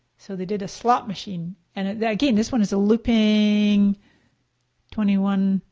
so they did a slot machine. and again, this one is a looping twenty one,